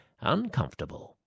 uncomfortable